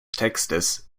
textes